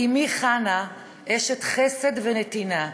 אימי חנה אשת חסד ונתינה,